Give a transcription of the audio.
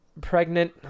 pregnant